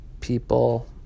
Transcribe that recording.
People